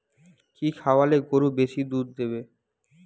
কি খাওয়ালে গরু বেশি দুধ দেবে?